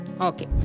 Okay